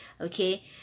okay